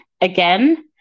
again